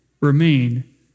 remain